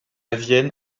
vienne